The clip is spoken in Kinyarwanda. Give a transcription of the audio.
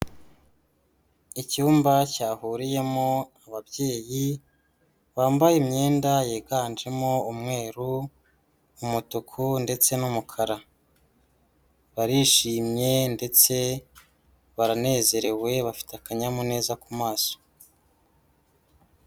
icyumba cyahuriyemo ababyeyi bambaye imyenda yiganjemo umweru, umutuku ndetse n'umukara, barishimye ndetse baranezerewe bafite akanyamuneza ku maso.